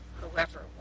whoever